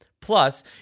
Plus